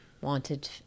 wanted